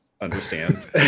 understand